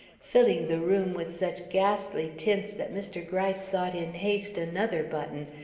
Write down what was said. filling the room with such ghastly tints that mr. gryce sought in haste another button,